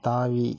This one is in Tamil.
தாவி